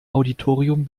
auditorium